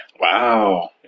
Wow